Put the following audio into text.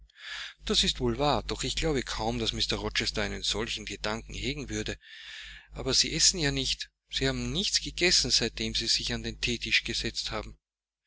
das ist wohl wahr doch ich glaube kaum daß mr rochester einen solchen gedanken hegen würde aber sie essen ja nicht sie haben nichts gegessen seitdem sie sich an den theetisch gesetzt haben